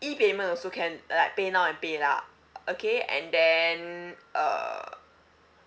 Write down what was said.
e payment also can like paynow and paylah okay and then uh